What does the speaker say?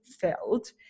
felt